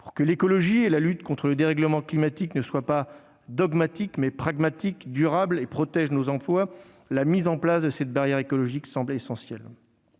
Pour que l'écologie et la lutte contre le dérèglement climatique soient non pas dogmatiques, mais pragmatiques et durables, pour qu'elles protègent nos emplois, la mise en place de cette barrière écologique semble essentielle.